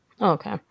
okay